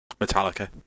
Metallica